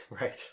right